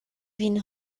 vin